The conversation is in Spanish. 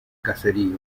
caserío